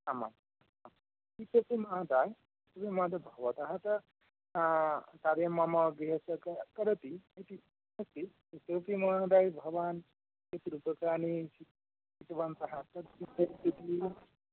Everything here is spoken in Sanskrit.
आम् आम् भवत सह कार्यं मम गृहस्य करोति भवान् कति रूप्यकानि स्वीकृतवन्तः